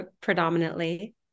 predominantly